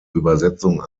übersetzung